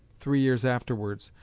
three years afterwards,